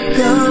go